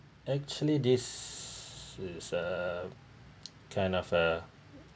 actually this is a kind of a